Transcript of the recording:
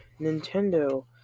Nintendo